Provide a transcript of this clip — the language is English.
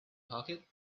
pocket